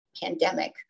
pandemic